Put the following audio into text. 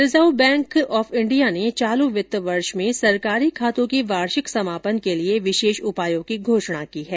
reserve bank ने चालू वित्त वर्ष में सरकारी खातों के वार्षिक समापन के लिए विशेष उपायों की घोषणा की है